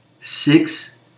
Six